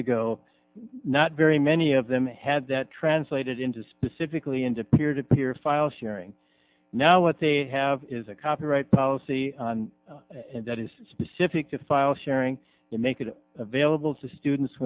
ago not very many of them had that translated into specifically into peer to peer file sharing now what they have is a copyright policy that is specific to file sharing to make it available to students